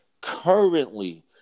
currently